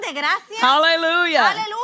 Hallelujah